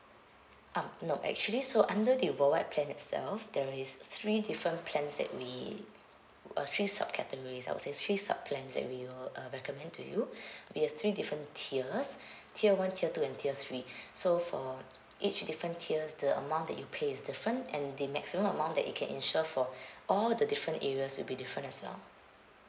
um no actually so under the worldwide plan itself there is three different plans that we uh three subcategories I would say three subplans that we will uh recommend to you we have three different tiers tier one tier two and tier three so for each different tiers the amount that you pay is different and the maximum amount that you get insure for all the different areas would be different as well